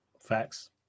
Facts